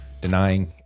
denying